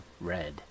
Red